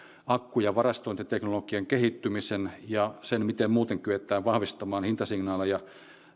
akku ja varastointiteknologian kehittymisen ja sen miten muuten kyetään vahvistamaan hintasignaaleja